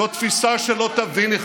זו תפיסה שלא תביני,